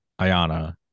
Ayana